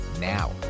Now